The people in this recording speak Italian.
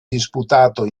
disputato